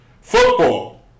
Football